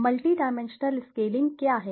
multi dimensional scaling क्या है